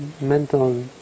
mental